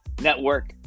network